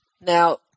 Now